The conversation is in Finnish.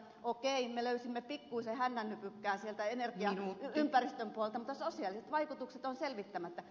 okei me löysimme pikkuisen hännännypykkää sieltä ympäristön puolelta mutta sosiaaliset vaikutukset on selvittämättä